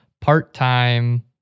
part-time